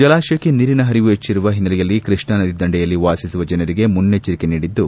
ಜಲಾಶಯಕ್ಕೆ ನೀರಿನ ಪರಿವು ಹೆಚ್ಚರುವ ಒನ್ನೆಲೆಯಲ್ಲಿ ಕೃಷ್ಣ ನದಿ ದಂಡೆಯಲ್ಲಿ ವಾಸಿಸುವ ಜನರಿಗೆ ಮುನ್ನಚ್ಚರಿಕೆ ನೀಡಿದ್ದು